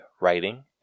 writing